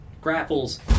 grapples